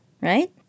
right